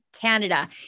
Canada